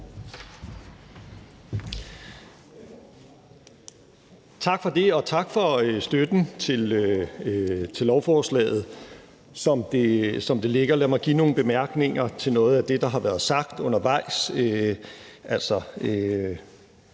Tak for det. Og tak for støtten til lovforslaget, som det ligger. Lad mig komme med nogle bemærkninger til noget af det, der har været sagt undervejs.